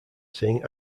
seeing